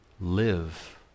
Live